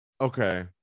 Okay